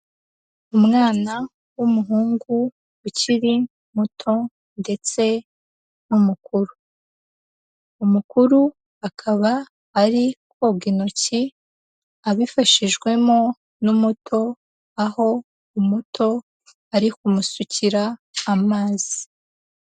Umwana w'umuhungu ukiri muto ndetse n'umukuru. Umukuru akaba ari koga intoki abifashijwemo n'umuto, aho umuto ari kumusukira amazi.